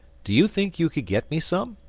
do you think you could get me some?